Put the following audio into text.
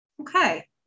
Okay